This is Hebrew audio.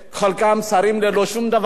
חלקם שרים ללא שום דבר,